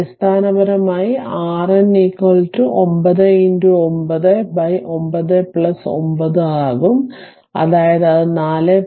അടിസ്ഥാനപരമായി RN 9 9 9 9 ആകും അതായത് അത് 4